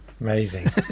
Amazing